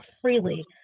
freely